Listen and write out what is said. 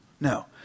No